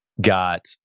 got